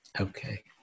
Okay